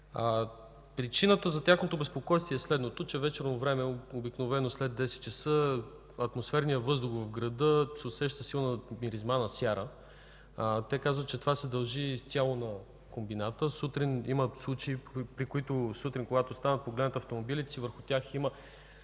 Причината за тяхното безпокойство е, че вечерно време, обикновено след 10 ч., в атмосферния въздух в града се усеща силна миризма на сяра. Те казват, че това се дължи изцяло на комбината. Има случаи, при които сутрин, когато станат и погледнат автомобилите си, върху тях има